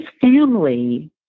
family